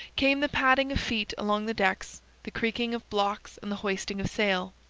came the padding of feet along the decks, the creaking of blocks and the hoisting of sail.